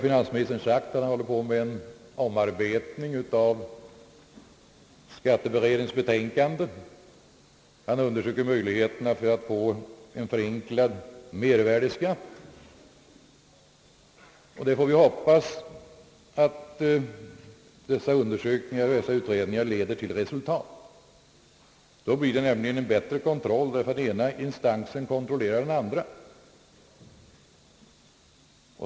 Finansministern har nu sagt att han håller på med en omarbetning av skatteberedningens betänkande. Han undersöker möjligheterna att få en förenklad mervärdeskatt, och vi får väl hoppas att dessa undersökningar leder till resultat. Då blir det nämligen.en bättre kontroll, därför att den ena instansen kontrollerar den andra.